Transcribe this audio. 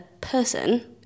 person